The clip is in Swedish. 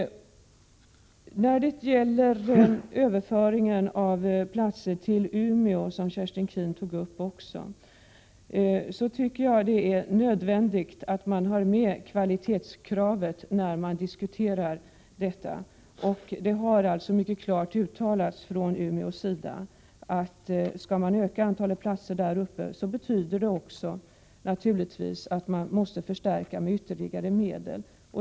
När det gäller överföringen av platser till Umeå, som Kerstin Keen också tog upp, är det nödvändigt att ta med kvalitetskravet i diskussionen. Det har alltså mycket klart uttalats från Umeå, att om antalet platser där skulle ökas, betyder det naturligtvis att det måste göras en förstärkning med ytterligare medel.